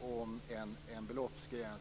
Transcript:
om en beloppsgräns.